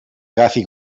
agafi